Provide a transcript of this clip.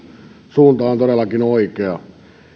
suunta on todellakin oikea